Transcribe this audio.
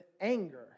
anger